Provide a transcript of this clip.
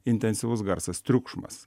intensyvus garsas triukšmas